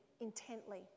intently